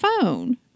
phone